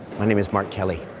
my name is mark kelley.